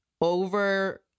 over